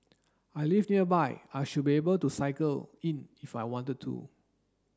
I live nearby I should be able to cycle in if I wanted to